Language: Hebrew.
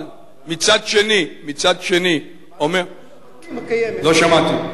אבל מצד שני, לא שמעתי.